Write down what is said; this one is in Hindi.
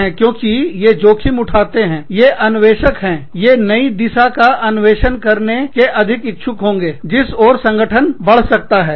क्योंकि ये जोखिम उठाते हैंये अन्वेषक हैये नई दिशा का अन्वेषण करने के अधिक इच्छुक होंगे जिस ओर संगठन बढ सकता है